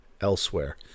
elsewhere